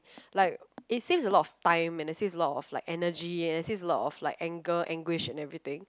like it saves a lot of time and it saves a lot of like energy and it saves a lot of like anger anguish and everything